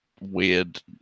weird